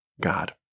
God